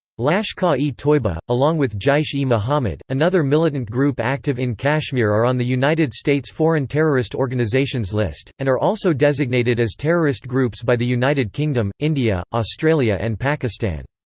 lashkar-e-toiba, along with jaish-e-mohammed, another militant group active in kashmir are on the united states' foreign terrorist organizations list, and are also designated as terrorist groups by the united kingdom, india, australia and pakistan.